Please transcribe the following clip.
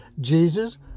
Jesus